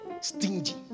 stingy